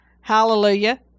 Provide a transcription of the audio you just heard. hallelujah